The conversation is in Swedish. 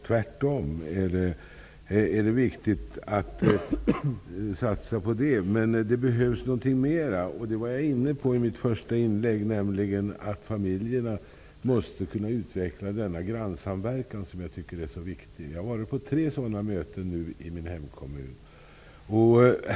Det är tvärtom viktigt att satsa på. Men det behövs något mer. I mitt första inlägg var jag inne på att familjerna måste kunna utveckla denna grannsamverkan, som jag tycker är så viktig. Jag har varit på tre sådana möten i min hemkommun.